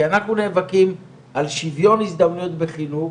כי אנחנו נאבקים על שוויון הזדמנויות בחינוך